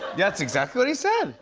that's exactly what he said.